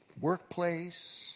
workplace